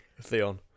theon